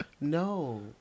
no